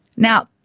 now,